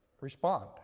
respond